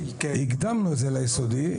הקדמנו את זה ליסודי.